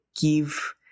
Give